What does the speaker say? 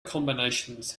combinations